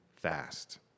Fast